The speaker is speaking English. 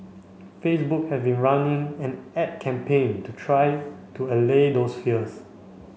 Facebook have been running an ad campaign to try to allay those fears